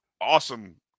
Awesome